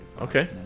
Okay